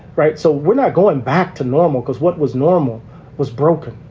right. so we're not going back to normal because what was normal was broken.